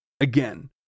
Again